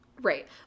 Right